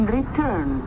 return